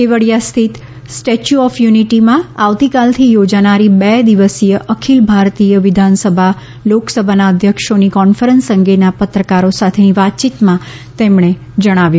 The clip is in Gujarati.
કેવડીયા સ્થિત સ્ટેચ્યુ ઓફ યુનીટીમાં આવતીકાલથી યોજાનારી બે દિવસીય અખીલ ભારતીય વિધાનસભા લોકસભાના અધ્યક્ષોની કોન્ફરન્સ અંગે પત્રકારો સાથેની વાતચીતમાં આમ જણાવ્યું